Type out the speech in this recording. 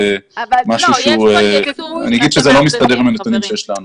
לא מסתדר עם הנתונים שיש לנו.